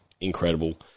incredible